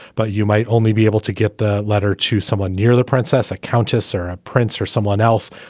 but you might only be able to get the letter to someone near the princess, a countess or a prince or someone else.